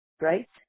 Right